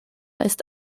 ist